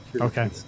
Okay